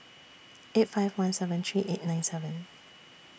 eight five one seven three eight nine seven